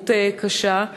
באלימות קשה,